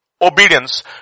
obedience